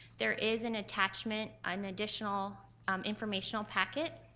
there is an attachment, an additional informational packet.